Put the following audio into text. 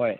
ꯍꯣꯏ